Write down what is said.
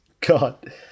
God